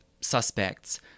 suspects